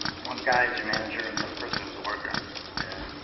one guy is your manager and the other person is the worker yeah.